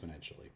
exponentially